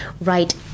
right